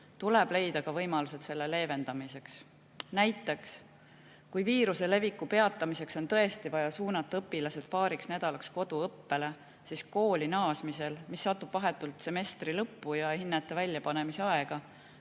tuleb leida ka võimalused selle leevendamiseks. Näiteks, kui viiruse leviku peatamiseks on tõesti vaja suunata õpilased paariks nädalaks koduõppele, siis kooli naasmisel, mis satub vahetult semestri lõppu ja hinnete väljapanemise aega,